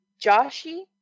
Joshi